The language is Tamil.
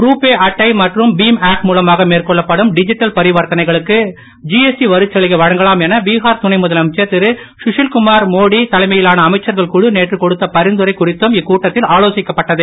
ருபே அட்டை மற்றும் பீம் ஆப் மூலமாக மேற்கொள்ளப்படும் டிஜிட்டல் பரிவர்த்தனைகளுக்கு ஜிஎஸ்டி வரிச் சலுகை வழங்கலாம் என பீஹார் துணை முதலமைச்சர் திருகஷில்குமார் மோடி தலைமையிலான அமைச்சர்கள் குழு நேற்று கொடுத்த பரிந்துரை குறித்தும் இக்கூட்டத்தில் ஆலோசிக்கப் பட்டது